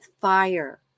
fire